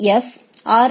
F R